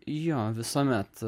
jo visuomet